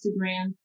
Instagram